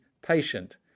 patient